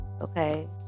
okay